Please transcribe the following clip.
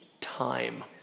time